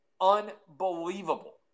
unbelievable